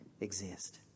exist